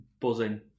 buzzing